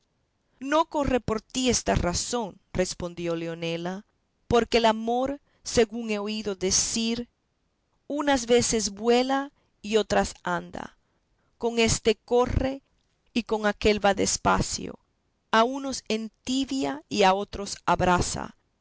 no corre por ti esa razón respondió leonela porque el amor según he oído decir unas veces vuela y otras anda con éste corre y con aquél va despacio a unos entibia y a otros abrasa